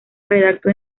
redactó